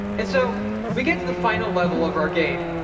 and so we get to the final level of our game.